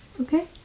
Okay